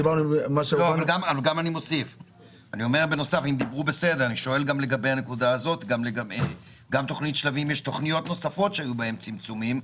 אני שואל גם לגבי תוכנית שלבים ותוכניות נוספות שהיו בהן צמצומים,